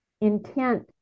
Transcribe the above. intent